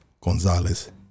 Gonzalez